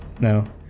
No